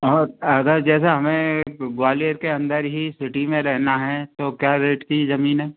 और अगर जैसे हमें ग्वालियर के अंदर ही सिटी में रहना है तो क्या रेट की ज़मीन है